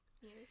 Yes